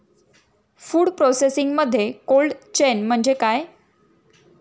Food प्रोसेसिंगमध्ये cold chain म्हणजे काय?